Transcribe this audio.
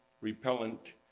repellent